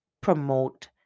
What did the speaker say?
promote